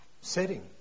setting